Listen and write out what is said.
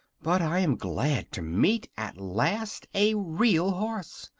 but i am glad to meet at last a real horse.